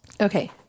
Okay